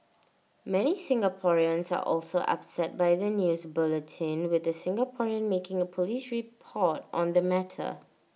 many Singaporeans are also upset by the news bulletin with the Singaporean making A Police report on the matter